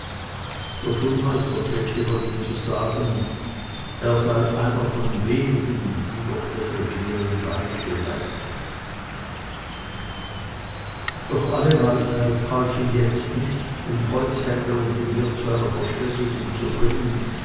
der schulmeister pflegte von ihm zu sagen er sei einer von den wenigen die durch das regieren weise werden doch alle weisheit half ihm jetzt nicht den holzhändler und den wirt zu einer verständigung zu bringen